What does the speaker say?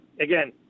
Again